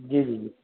جی جی جی